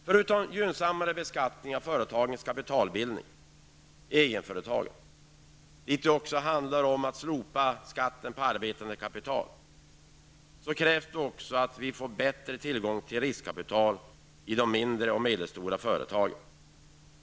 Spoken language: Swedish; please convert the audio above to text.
Förutom gynnsammare beskattning av företagets kapitalbildning och av egenföretag -- det handlar om att slopa skatten på arbetande kapital -- krävs också att vi får bättre tillgång till riskkapital i de mindre och medelstora företagen.